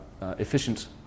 efficient